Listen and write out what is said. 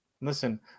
Listen